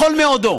בכל מאודו,